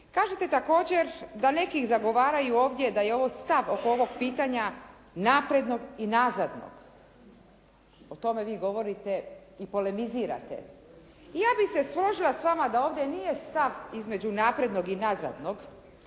Kažete također da neki zagovaraju ovdje da je ovo stav oko ovog pitanja naprednog i nazadnog. O tome vi govorite i polemizirate. I ja bih se složila s vama da ovdje nije stav između naprednog i nazadnog,